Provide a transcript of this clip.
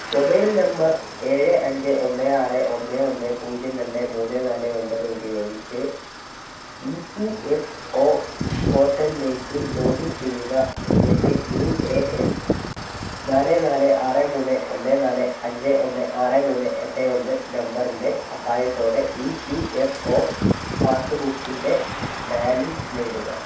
mobile number ഏഴ് അഞ്ച് ഒന്ന് ആറ് ഒന്ന് ഒന്ന് പൂജ്യം രണ്ട് മൂന്ന് നാല് ഒൻപത് ഉപയോഗിച്ച് ഇ പി എഫ് ഒ പോർട്ടലിലേക്ക് ലോഗിൻ ചെയ്യുക എന്നിട്ട് യു എ എൻ നാല് നാല് ആറ് മൂന്ന് ഒന്ന് നാല് അഞ്ച് ഒന്ന് ആറ് മൂന്ന് എട്ട് ഒന്ന് നമ്പറിൻ്റെ സഹായത്തോടെ ഇ പി എഫ് ഒ പാസ്ബുക്കിൻ്റെ ബാലൻസ് നേടുക